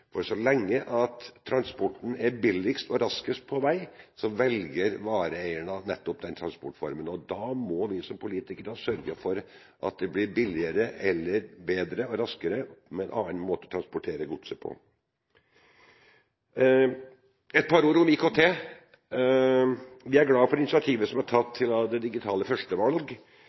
For så lenge transporten er billigst og raskest på vei, velger vareeierne nettopp den transportformen. Da må vi som politikere sørge for at det blir billigere eller bedre og raskere med en annen måte å transportere godset på. Et par ord om IKT. Vi er glad for initiativet som er tatt til det digitale